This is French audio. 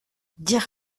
dire